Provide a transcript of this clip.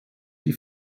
die